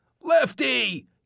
Lefty